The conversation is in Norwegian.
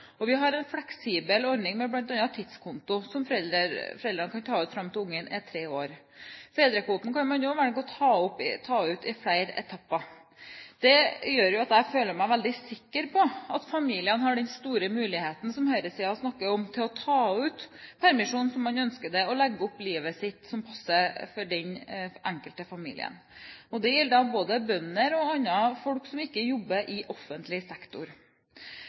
og vi har en fleksibel ordning med bl.a. tidskonto som foreldrene kan ta ut fram til barnet er tre år. Fedrekvoten kan man også velge å ta ut i flere etapper. Det gjør jo at jeg føler meg veldig sikker på at familien har den store muligheten som høyresiden snakker om, til å ta ut permisjonen slik man ønsker det, og legge opp livet sitt slik det passer for den enkelte familie. Det gjelder både bønder og andre folk som ikke jobber i offentlig sektor.